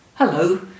Hello